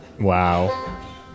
Wow